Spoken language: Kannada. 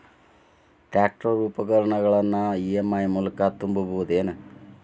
ಟ್ರ್ಯಾಕ್ಟರ್ ಉಪಕರಣಗಳನ್ನು ಇ.ಎಂ.ಐ ಮೂಲಕ ತುಂಬಬಹುದ ಏನ್?